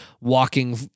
walking